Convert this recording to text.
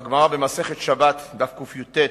בגמרא במסכת שבת, דף קיט.